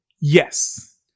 Yes